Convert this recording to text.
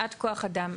מעט כוח אדם,